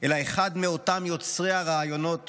'אלא אחד מאותם יוצרי הרעיונות